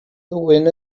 ddwyn